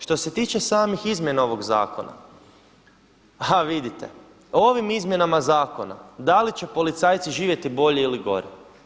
Što se tiče samih izmjena ovog zakona, ha vidite, ovim izmjenama zakona da li će policajci živjeti bolje ili gore.